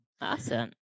Awesome